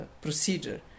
procedure